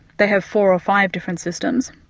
they have four of five different systems.